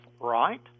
Right